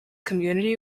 community